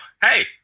Hey